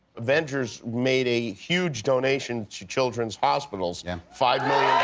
avengers made a huge donation to children's hospitals. yeah. five